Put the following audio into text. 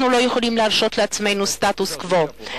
אנחנו לא יכולים להרשות לעצמנו סטטוס קוו.